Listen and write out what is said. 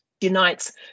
unites